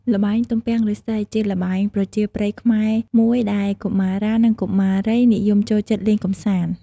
ល្បែង ទំពាំងឬស្សី ជាល្បែងប្រជាប្រិយខ្មែរមួយដែលកុមារា និងកុមារីនិយមចូលចិត្តលេងកំសាន្ត។